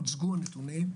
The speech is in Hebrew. הוצגו הנתונים.